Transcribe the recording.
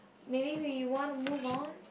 maybe we want to move on